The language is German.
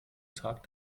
tag